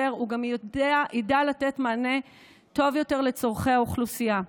גם ידע לתת מענה טוב יותר לצורכי האוכלוסייה.